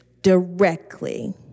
directly